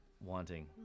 wanting